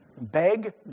Beg